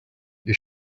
you